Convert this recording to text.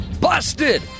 Busted